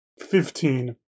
Fifteen